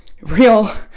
real